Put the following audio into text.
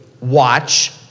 watch